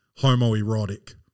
homoerotic